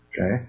Okay